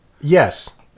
Yes